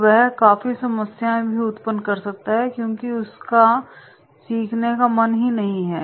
और वह काफी समस्याएं भी उत्पन कर सकता हैक्योंकि उसका सेखने का मन ही नहीं है